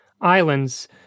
islands